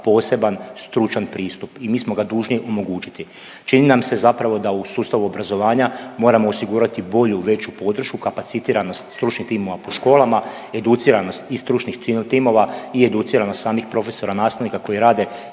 poseban stručan pristup i mi smo ga dužni omogućiti. Čini nam se da u sustavu obrazovanja moramo osigurati bolju, veću podršku, kapacitiranost stručnih timova po školama, educiranost i stručnih timova i educiranih samih profesora, nastavnika koji rade